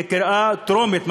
כקריאה טרומית,